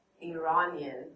Iranian